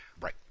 Right